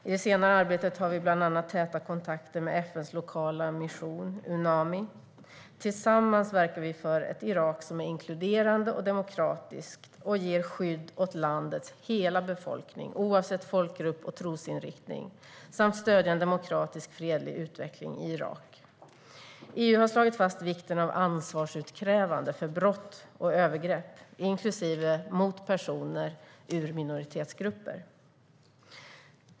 I det senare arbetet har vi bland annat täta kontakter med FN:s lokala mission, Unami. Tillsammans verkar vi för ett Irak som är inkluderande och demokratiskt och ger skydd åt landets hela befolkning, oavsett folkgrupp och trosinriktning, samt stöder en demokratisk, fredlig utveckling i Irak. EU har slagit fast vikten av ansvarsutkrävande för brott och övergrepp, inklusive brott mot personer ur minoritetsgrupper.